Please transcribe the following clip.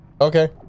Okay